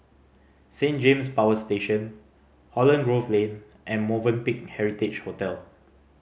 Saint James Power Station Holland Grove Lane and Movenpick Heritage Hotel